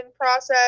process